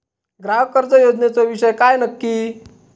ग्राहक कर्ज योजनेचो विषय काय नक्की?